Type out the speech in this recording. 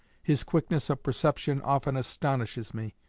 his quickness of perception often astonishes me.